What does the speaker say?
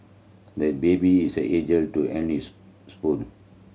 the baby is eager to his spoon